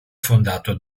fondato